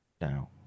now